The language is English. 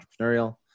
entrepreneurial